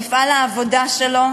מפעל העבודה שלו,